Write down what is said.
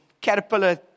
caterpillar